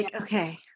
okay